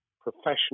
professional